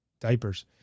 diapers